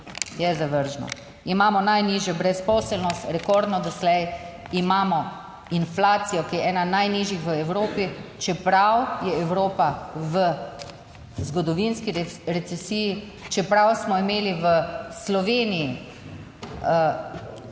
Je zavržno. Imamo najnižjo brezposelnost, rekordno doslej, imamo inflacijo, ki je ena najnižjih v Evropi, čeprav je Evropa v zgodovinski recesiji, čeprav smo imeli v Sloveniji najhujše,